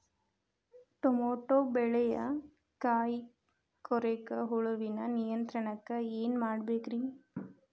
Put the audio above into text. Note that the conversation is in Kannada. ಟಮಾಟೋ ಬೆಳೆಯ ಕಾಯಿ ಕೊರಕ ಹುಳುವಿನ ನಿಯಂತ್ರಣಕ್ಕ ಏನ್ ಮಾಡಬೇಕ್ರಿ?